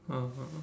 (uh huh)